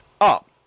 up